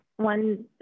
One